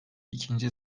ikinci